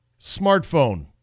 smartphone